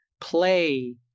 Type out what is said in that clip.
play